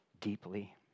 deeply